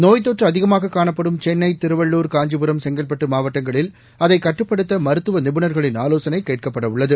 நோய்த்தொற்று அதிகமாக காணப்படும் சென்னை திருவள்ளூர் காஞ்சிபுரம் செங்கல்பட்டு மாவட்டங்களில் அதை கட்டுப்படுத்த மருத்துவ நிபுணர்களின் ஆலோசனை கேட்கப்பட உள்ளது